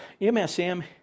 MSM